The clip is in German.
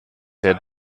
der